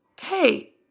Hey